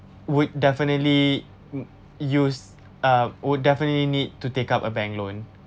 would definitely use uh would definitely need to take up a bank loan